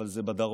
אבל זה בדרום.